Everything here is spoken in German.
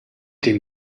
dem